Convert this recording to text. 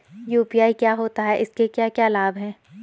UPI क्या होता है इसके क्या क्या लाभ हैं?